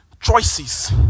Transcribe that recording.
choices